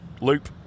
loop